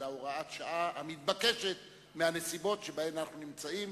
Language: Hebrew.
אלא הוראת שעה המתבקשת מהנסיבות שבהן אנחנו נמצאים.